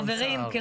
חברים,